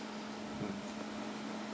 mm